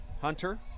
Hunter